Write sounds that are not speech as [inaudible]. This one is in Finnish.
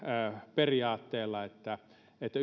periaatteella että että [unintelligible]